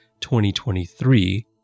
2023